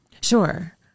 Sure